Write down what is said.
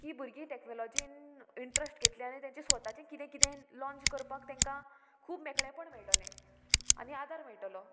की भुरगीं टॅक्नोलॉजीन इंट्रस्ट घेतलें आनी तेंचें स्वताचें किदें किदें लाँच करपाक तांकां खूब मेकळेपण मेळटलें आनी आदार मेळटलो